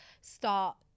start